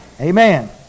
Amen